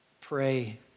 Pray